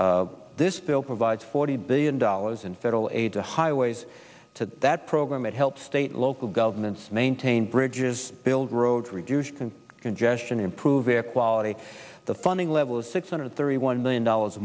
five this bill provides forty billion dollars in federal aid to highways to that program that help state local governments maintain bridges build roads reduce congestion improve their quality the funding level of six hundred thirty one million dollars